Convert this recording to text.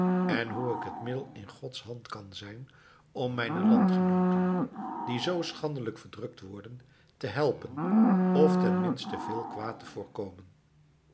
en hoe ik het middel in gods hand kan zijn om mijne landgenooten die zoo schandelijk verdrukt worden te helpen of tenminste veel kwaad te voorkomen